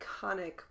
iconic